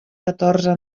catorze